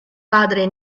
padre